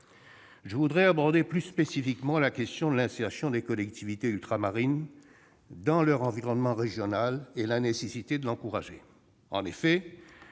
Je voudrais aborder plus spécifiquement l'insertion des collectivités ultramarines dans leur environnement régional et la nécessité de l'encourager.